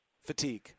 Fatigue